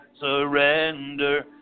surrender